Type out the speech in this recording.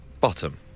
Bottom